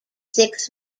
six